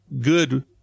good